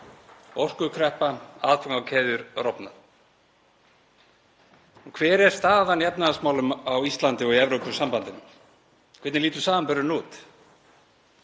orkukreppa, aðfangakeðjur rofnað. Hver er staðan í efnahagsmálum á Íslandi og í Evrópusambandinu? Hvernig lítur samanburðurinn út?